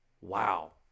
wow